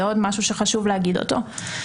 זה עוד משהו שחשוב להגיד אותו.